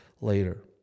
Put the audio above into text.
later